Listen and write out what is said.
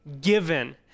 given